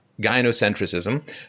gynocentrism